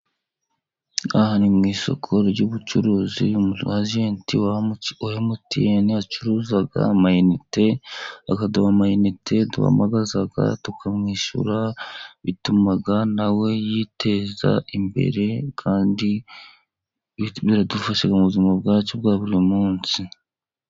Aha ni mu isoko ry'ubucuruzi, umu ajenti wa wa MTN ucuruza ama inite, akaduha ama inite duhamagaza tukamwishyura, bituma na we yiteza imbere kandi biradufasha mu buzima bwacu bwa buri munsi.